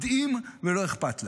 יודעים ולא אכפת להם.